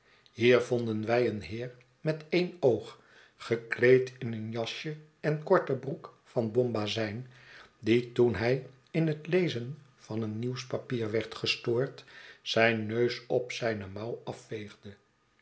hier vonden wij een heer met een oog gekleed in eenjasje en korte broek van bombazijn die toen hij in het lezen van een nieuwspapier werd gestoord zijn neus op zijne mouw afveegde